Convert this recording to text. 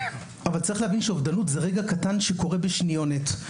אבל צריך להבין שאובדנות זה רגע קטן שקורה בשניונת.